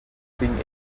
being